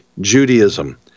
Judaism